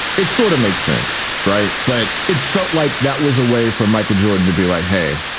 it sort of makes sense, right. but it felt like that was a way for michael jordan to be like, hey,